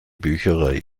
bücherei